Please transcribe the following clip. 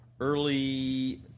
early